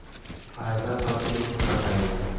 फायदा सब केहू मे बटाई